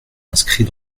inscrit